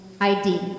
ID